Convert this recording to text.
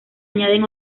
añaden